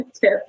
tip